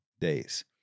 days